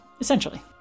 essentially